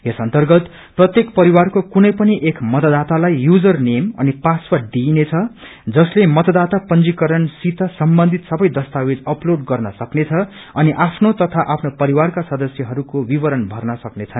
यस अर्न्तगत प्रत्येक परिवारको कुनै पनि एक मतदातालाई यूजर नेम अनि पासर्वड दिइनेछ जसले मतदाता पंजीकरणसित सम्बन्धित सबे दस्तावेज अपलोड गर्न सक्नेछ अनि आफ्नो परिवारका सदस्यहरूको विवरर भन्न सक्नेछ